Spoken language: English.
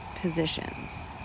positions